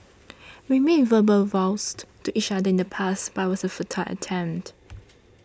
we made verbal vows to each other in the past but it was a futile attempt